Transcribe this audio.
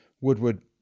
Woodward